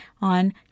on